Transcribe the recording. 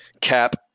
Cap